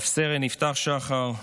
רב-סרן יפתח שחר,